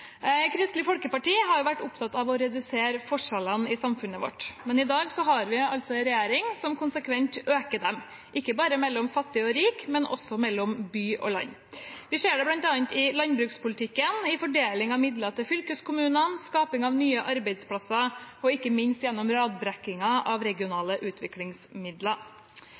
Kristelig Folkeparti har vært opptatt av å redusere forskjellene i samfunnet vårt, men i dag har vi en regjering som konsekvent øker dem, ikke bare mellom fattig og rik, men også mellom by og land. Vi ser det bl.a. i landbrukspolitikken, i fordelingen av midler til fylkeskommunene, skapingen av nye arbeidsplasser og ikke minst gjennom radbrekkingen av de regionale